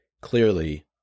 clearly